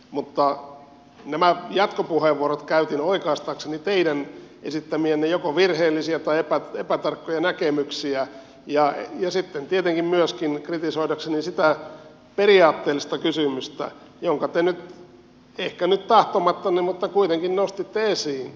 mutta nämä jatkopuheenvuorot käytin oikaistakseni teidän esittämiänne joko virheellisiä tai epätarkkoja näkemyksiä ja sitten tietenkin myöskin kritisoidakseni sitä periaatteellista kysymystä jonka te nyt ehkä tahtomattanne mutta kuitenkin nostitte esiin